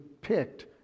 picked